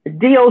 DOC